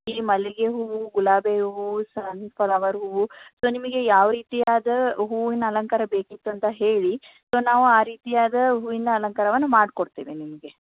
ಈ ಮಲ್ಲಿಗೆ ಹೂವು ಗುಲಾಬಿ ಹೂವು ಸನ್ಫ್ಲವರ್ ಹೂವು ಸೊ ನಿಮಗೆ ಯಾವ ರೀತಿಯಾದ ಹೂವಿನ ಅಲಂಕಾರ ಬೇಕಿತ್ತಂತ ಹೇಳಿ ಸೊ ನಾವು ಆ ರೀತಿಯಾದ ಹೂವಿನ ಅಲಂಕಾರವನ್ನು ಮಾಡಿಕೊಡ್ತೇವೆ ನಿಮಗೆ